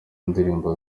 ndirimbo